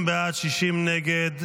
50 בעד 60 נגד.